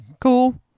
cool